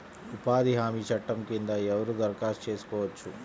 ఉపాధి హామీ చట్టం కింద ఎవరు దరఖాస్తు చేసుకోవచ్చు?